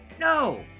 No